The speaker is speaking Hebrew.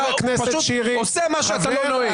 אתה פשוט עושה מה שאתה לא נוהג.